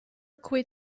quit